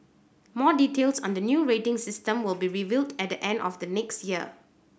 more details on the new rating system will be revealed at the end of next year